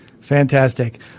Fantastic